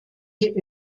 die